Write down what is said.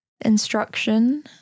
instruction